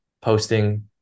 posting